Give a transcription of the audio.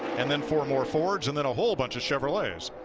and then four more fords and then a whole bunch of chevrolets.